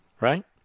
Right